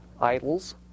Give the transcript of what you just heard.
idols